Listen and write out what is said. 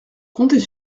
comptez